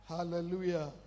Hallelujah